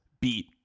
beat